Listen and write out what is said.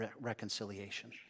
reconciliation